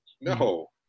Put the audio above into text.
No